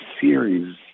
series